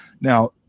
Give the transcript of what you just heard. now